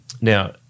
Now